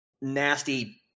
nasty